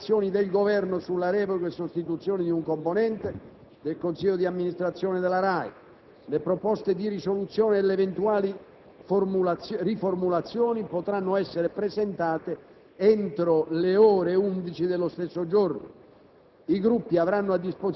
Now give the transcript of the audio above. avranno luogo comunicazioni del Governo sulla revoca e sostituzione di un componente del Consiglio d'amministrazione della RAI. Le proposte di risoluzione e le eventuali riformulazioni potranno essere presentate entro le ore 11 dello stesso giorno.